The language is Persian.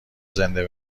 زنده